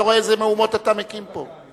אתה רואה איזה מהומות אתה מקים פה?